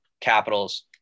Capitals